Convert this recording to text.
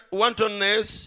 wantonness